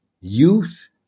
youth